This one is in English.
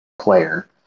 player